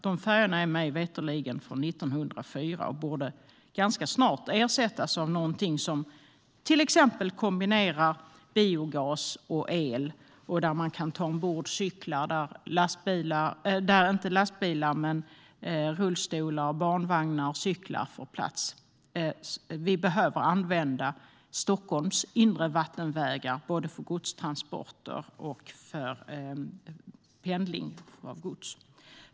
De färjorna är mig veterligen från 1904 och borde ganska snart ersättas av någonting som till exempel kombinerar biogas och el och där rullstolar, barnvagnar och cyklar får plats. Vi behöver använda Stockholms inre vattenvägar både för godstransporter och för pendling av gods.